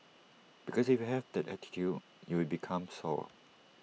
because if you have that attitude you will become sour